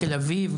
תל אביב,